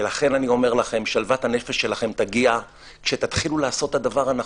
ולכן אני אומר לכם: שלוות הנפש שלכם תגיע כשתתחילו לעשות את הדבר הנכון.